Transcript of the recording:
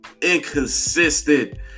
inconsistent